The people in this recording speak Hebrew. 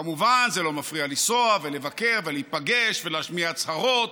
כמובן שזה לא מפריע לנסוע ולבקר ולהיפגש ולהשמיע הצהרות,